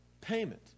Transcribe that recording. payment